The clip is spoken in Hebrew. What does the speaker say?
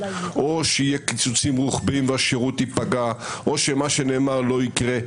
או שיהיו קיצוצים רוחביים והשירות ייפגע או שמה שנאמר לא יקרה.